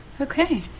Okay